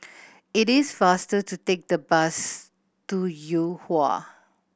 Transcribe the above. it is faster to take the bus to Yuhua